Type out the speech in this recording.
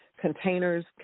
containers